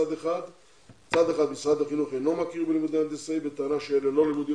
מצד אחד משרד החינוך אינו מכיר בלימודי הנדסאים בטענה שאלה לא לימודים